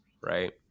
right